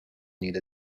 need